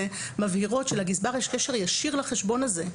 מבהירות שלגזבר יש קשר ישיר לחשבון הזה.